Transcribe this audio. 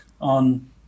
on